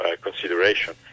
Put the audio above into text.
consideration